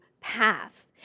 path